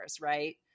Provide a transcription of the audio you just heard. Right